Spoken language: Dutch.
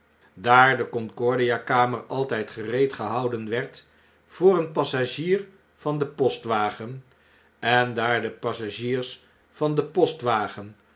daar de concordia kamer altyd gereed gehouden werd voor een passagier van den postwagen en daar de passagiers van den